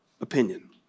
opinion